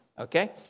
Okay